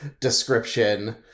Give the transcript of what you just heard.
description